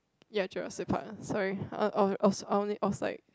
ya Jurassic Park sorry I I I was I was like